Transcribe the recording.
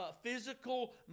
physical